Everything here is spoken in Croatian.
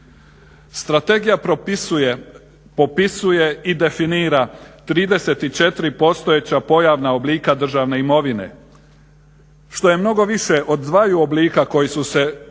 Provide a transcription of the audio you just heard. propisuje, popisuje i definira 34 postojeća pojavnog oblika državne imovine što je mnogo više od dvaju oblika koji su se do